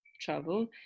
travel